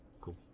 Cool